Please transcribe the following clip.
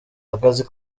akazi